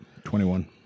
21